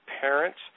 parents